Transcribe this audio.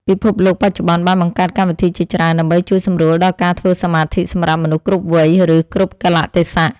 ពិភពលោកបច្ចុប្បន្នបានបង្កើតកម្មវិធីជាច្រើនដើម្បីជួយសម្រួលដល់ការធ្វើសមាធិសម្រាប់មនុស្សគ្រប់វ័យ ឬ គ្រប់កាលៈទេសៈ។